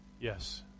Yes